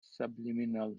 subliminal